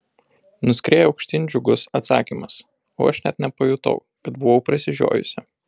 nuskrieja aukštyn džiugus atsakymas o aš net nepajutau kad buvau prasižiojusi